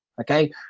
okay